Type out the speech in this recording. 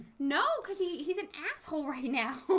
no, he's an asshole right now